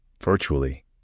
virtually